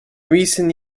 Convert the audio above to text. recent